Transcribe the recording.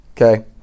Okay